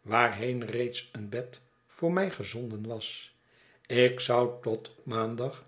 warheen reeds een bed voor mij gezonden was ik zou tot maandag